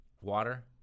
water